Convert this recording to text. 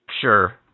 Sure